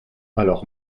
alors